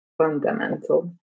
fundamental